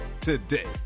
today